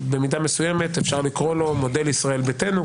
במידה מסוימת אפשר לקרוא לו "מודל ישראל ביתנו",